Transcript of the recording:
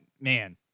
man